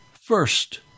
first